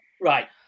Right